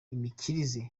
imikirize